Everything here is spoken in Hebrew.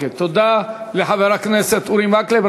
תודה לחבר הכנסת אורי מקלב.